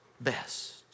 best